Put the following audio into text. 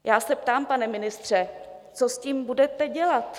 Já se ptám, pane ministře, co s tím budete dělat?